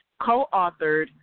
co-authored